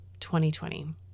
2020